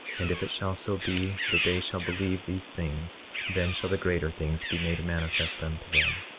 and if it shall so be that they shall believe these things then shall the greater things be made manifest unto them.